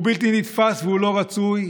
הוא בלתי נתפס והוא לא רצוי,